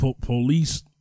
police